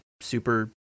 super